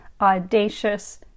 audacious